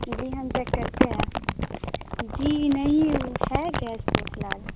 جی ہم چیک کرتے ہیں جی نہیں ہے وہ گیس تو فی الحال